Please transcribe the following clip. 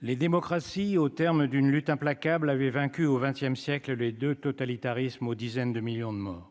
Les démocraties au terme d'une lutte implacable avait vaincu au XXe siècle, les 2 totalitarisme aux dizaines de millions de morts.